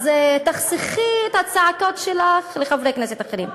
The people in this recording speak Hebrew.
אז תחסכי את הצעקות שלך לחברי כנסת אחרים.